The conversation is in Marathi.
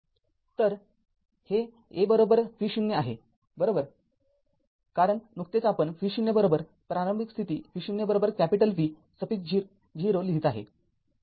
तर ते A V० आहेबरोबर कारण नुकतेच आपण v0प्रारंभिक स्थिती v0 capital V suffix 0 लिहीत आहे